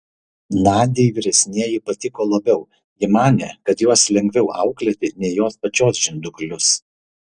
nadiai vyresnieji patiko labiau ji manė kad juos lengviau auklėti nei jos pačios žinduklius